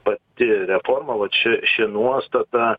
pati reforma vat čia ši nuostata